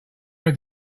have